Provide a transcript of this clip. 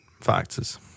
factors